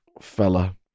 fella